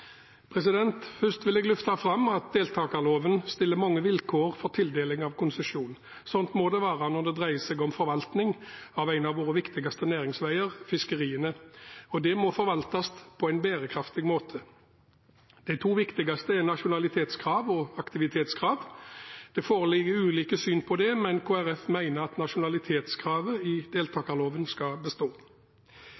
det. Først vil jeg løfte fram at deltakerloven stiller mange vilkår for tildeling av konsesjon. Slik må det være når det dreier seg om forvaltning av en av våre viktigste næringsveier, fiskeriene. Dette må forvaltes på en bærekraftig måte. De to viktigste er nasjonalitetskrav og aktivitetskrav. Det foreligger ulike syn på dette, men Kristelig Folkeparti mener at nasjonalitetskravet i deltakerloven skal bestå.